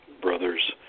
brothers